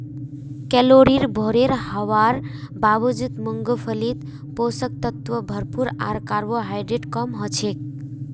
calorie भोरे हवार बावजूद मूंगफलीत पोषक तत्व भरपूर आर कार्बोहाइड्रेट कम हछेक